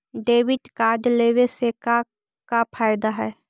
Debit card लेवे से का का फायदा है?